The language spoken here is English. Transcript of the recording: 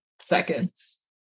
seconds